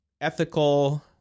ethical